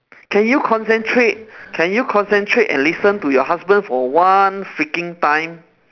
can you concentrate can you concentrate and listen to your husband for one freaking time